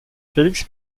felix